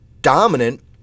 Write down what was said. dominant